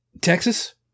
Texas